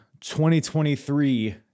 2023